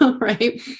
right